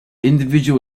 individual